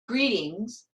greetings